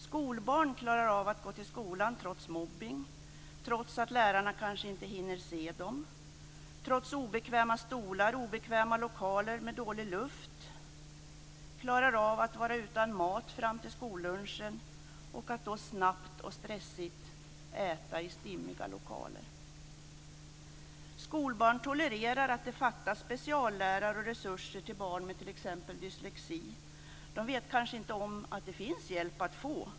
Skolbarn klarar av att gå till skolan trots mobbning, trots att lärararna kanske inte hinner se dem, trots obekväma stolar och obekväma lokaler med dålig luft. De klarar av att vara utan mat fram till skollunchen och att då snabbt och stressigt äta i stimmiga lokaler. Skolbarn tolererar att det fattas speciallärare och resurser till barn med t.ex. dyslexi. De vet kanske inte om att det finns hjälp att få.